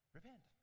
Repent